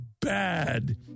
bad